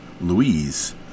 Louise